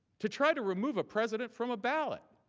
to try to remove a president from a ballot.